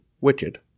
wicked